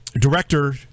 director